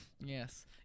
Yes